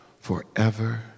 forever